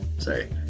Sorry